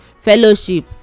fellowship